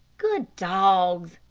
good dogs,